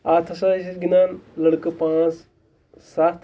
اَتھ ہَسا ٲسۍ أسۍ گِنٛدان لٔڑکہٕ پانٛژھ سَتھ